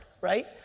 right